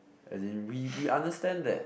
as in we we understand that